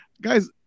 Guys